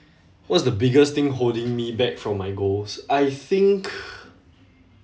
what's the biggest thing holding me back from my goals I think